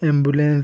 ambulance